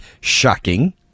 Shocking